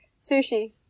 Sushi